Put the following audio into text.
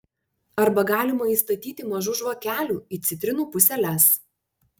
arba galima įstatyti mažų žvakelių į citrinų puseles